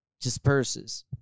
disperses